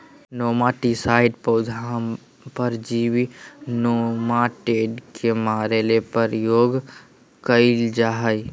nematicides पौधा परजीवी nematode के मारे ले प्रयोग कयल जा हइ